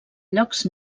llocs